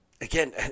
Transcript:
Again